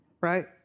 right